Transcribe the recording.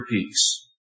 peace